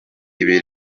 ibi